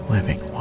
Living